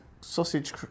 Sausage